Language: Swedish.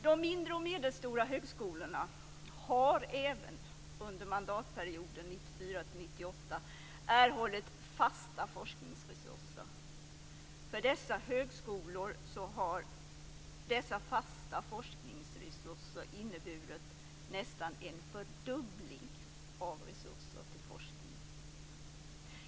De mindre och medelstora högskolorna har även under mandatperioden 1994-1998 erhållit fasta forskningsresurser. För de här högskolorna har dessa fasta forskningsresurser inneburit nästan en fördubbling av resurserna till forskning.